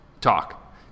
talk